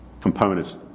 components